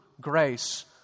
grace